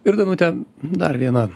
ir danute dar vieną